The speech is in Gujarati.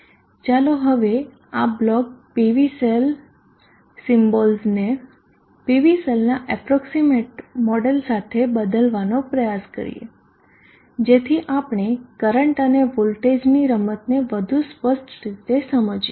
ચાલો હવે આ બ્લોક PV સેલ સિમ્બોલ્સને PV સેલના એપ્રોક્ષીમેટ મોડેલ સાથે બદલવાનો પ્રયાસ કરીએ જેથી આપણે કરંટ અને વોલ્ટેજની રમતને વધુ સ્પષ્ટ રીતે સમજીએ